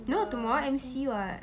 no tomorrow M_C what